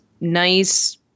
nice